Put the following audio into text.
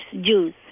Jews